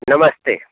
नमस्ते